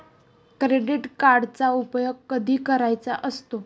Credit कार्डचा उपयोग कधी करायचा असतो?